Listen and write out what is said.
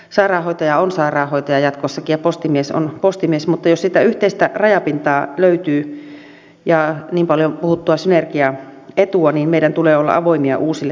sairaanhoitaja on sairaanhoitaja jatkossakin ja postimies on postimies mutta jos sitä yhteistä rajapintaa ja niin paljon puhuttua synergiaetua löytyy niin meidän tulee olla avoimia uusille toimintatavoille